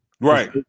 Right